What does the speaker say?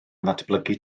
ddatblygu